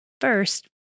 First